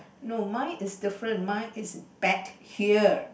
no mine is different mine is bet here